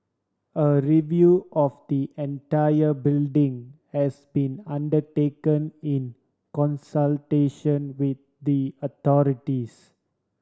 a review of the entire building has been undertaken in consultation with the authorities